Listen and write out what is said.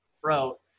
throat